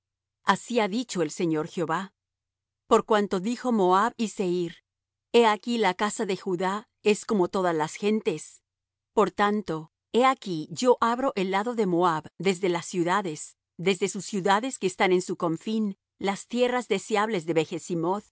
así ha dicho el señor jehová por cuanto dijo moab y seir he aquí la casa de judá es como todas las gentes por tanto he aquí yo abro el lado de moab desde las ciudades desde sus ciudades que están en su confín las tierras deseables de